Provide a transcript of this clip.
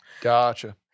Gotcha